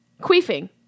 queefing